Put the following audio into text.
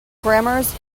grammars